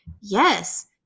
yes